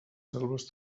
selves